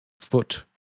foot